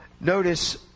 Notice